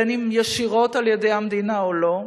בין אם ישירות על-ידי המדינה או לא.